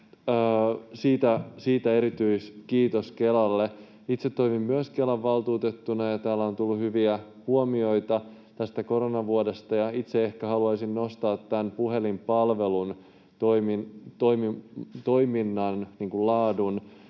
Siitä erityiskiitos Kelalle. Itse toimin myös Kelan valtuutettuna. Täällä on tullut hyviä huomioita tästä koronavuodesta, ja itse ehkä haluaisin nostaa tämän puhelinpalvelun toiminnan laadun.